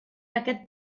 aquest